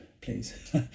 please